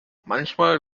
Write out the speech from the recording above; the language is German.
manchmal